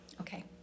Okay